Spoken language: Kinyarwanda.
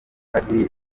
hari